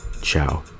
ciao